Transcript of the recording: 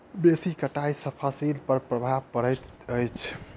बेसी कटाई सॅ फसिल पर प्रभाव पड़ैत अछि